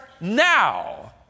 now